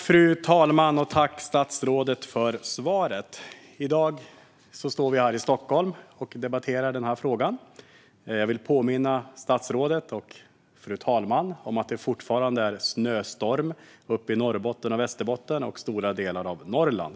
Fru talman! Tack, statsrådet, för svaret! I dag står vi här i Stockholm och debatterar denna fråga. Jag vill påminna statsrådet och fru talmannen om att det fortfarande är snöstorm uppe i Norr och Västerbotten och i stora delar av Norrland.